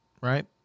right